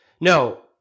No